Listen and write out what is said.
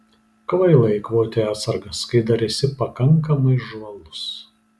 kvaila eikvoti atsargas kai dar esi pakankamai žvalus